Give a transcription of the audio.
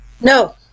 No